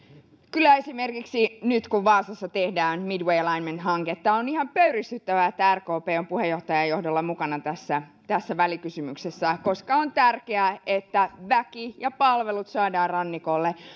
kyllä esimerkiksi nyt kun vaasassa tehdään midway alignment hanketta on ihan pöyristyttävää että rkp on puheenjohtajan johdolla mukana tässä tässä välikysymyksessä koska on tärkeää että väki ja palvelut saadaan rannikolle